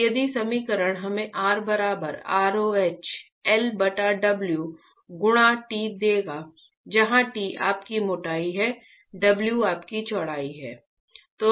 तो यदि समीकरण हमें R बराबर rho L बटा W गुणा T देगा जहां T आपकी मोटाई है W आपकी चौड़ाई है